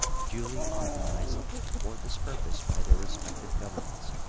duly authorized for this purpose by their respective governments,